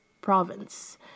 province